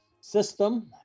system